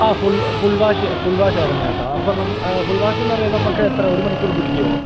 ആ full full wash full wash ആയിരുന്നു ചേട്ടാ അപ്പം നമ്മൾ ഫുൾ വാഷെന്നു പറഞ്ഞാൽ നമുക്കെത്ര ഒരു മണിക്കൂർ പിടിക്കുമോ